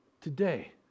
Today